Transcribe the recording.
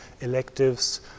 electives